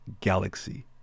galaxy